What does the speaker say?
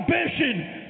ambition